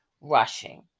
rushing